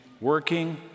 working